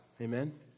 Amen